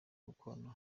gukorana